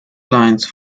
lines